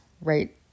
right